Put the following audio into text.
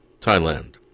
Thailand